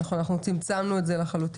נכון, אנחנו צמצמנו את זה לחלוטין.